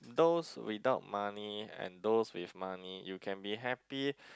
those without money and those with money you can be happy